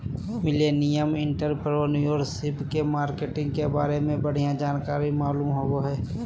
millennial entrepreneurship के marketing के बारे में बढ़िया जानकारी मालूम होबो हय